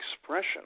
expression